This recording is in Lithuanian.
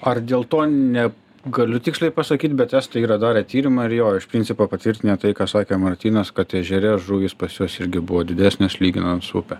ar dėl to ne galiu tiksliai pasakyt bet estai yra darę tyrimą ir jo iš principo patvirtinę tai ką sakė martynas kad ežere žuvys pas juos irgi buvo didesnės lyginant su upe